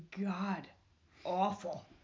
god-awful